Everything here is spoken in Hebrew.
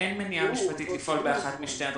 שאין מניעה משפטית לפעול באחת משתי הדרכים,